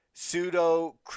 pseudo